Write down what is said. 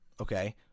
okay